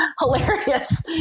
Hilarious